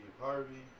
Harvey